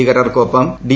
ഭീകരർക്കൊപ്പം D